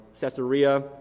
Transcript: Caesarea